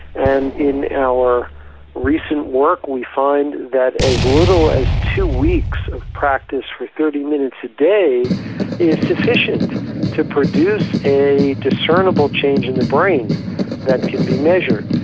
and in our recent work we find as little as two weeks of practice for thirty minutes a day is sufficient to produce a discernable change in the brain that can be measured.